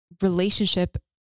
relationship